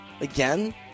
Again